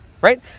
Right